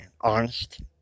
Honest